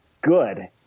good